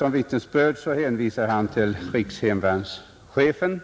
Han hänvisar därvid till att rikshemvärnschefen